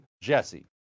JESSE